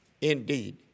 indeed